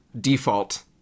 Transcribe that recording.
default